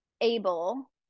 able